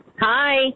Hi